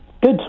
Good